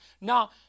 now